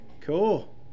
Cool